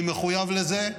אני מחויב לזה,